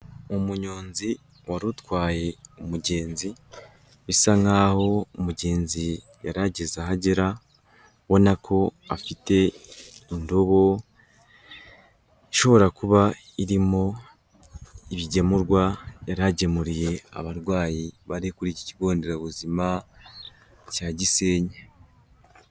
Umunyonzi wari utwaye umugenzi, bisa nk'aho umugenzi yarigeze aha agera, ubona ko afite indobo, ishoborara kuba irimo ibigemurwa yari agemuriye abarwayi bari kuri iki kigo nderabuzima cya Gisenyi.